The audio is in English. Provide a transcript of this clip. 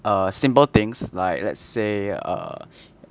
err simple things like let's say err